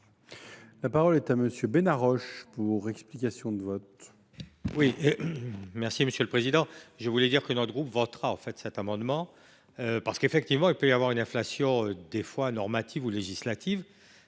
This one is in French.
La parole est à M. Guy Benarroche, pour explication de vote.